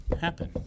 happen